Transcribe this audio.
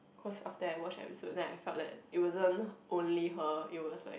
cause after I watch episode then I felt that it wasn't only her it was like